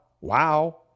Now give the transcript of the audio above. Wow